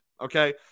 Okay